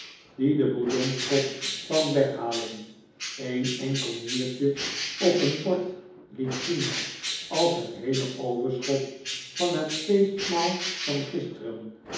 die de bouillonkop kwam weghalen een enkel niertje op een bord liet zien als het heele overschot van het feestmaal van gisteren